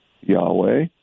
Yahweh